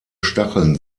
stacheln